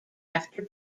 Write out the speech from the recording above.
after